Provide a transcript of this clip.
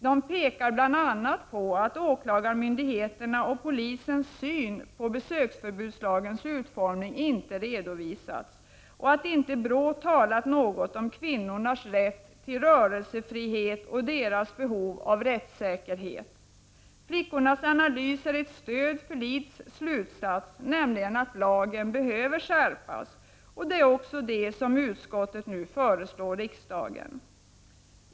De pekar bl.a. på att åklagarmyndigheternas och polisens syn på besöksförbudslagens utformning inte har redovisats och att BRÅ inte talat något om kvinnornas rätt till rörelsefrihet och behov av rättssäkerhet. Flickornas analys är ett stöd för Lids slutsats, nämligen att lagen behöver skärpas, vilket också utskottet nu föreslår riksdagen.